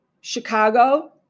Chicago